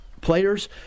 Players